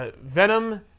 Venom